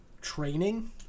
training